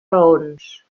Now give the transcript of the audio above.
raons